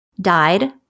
died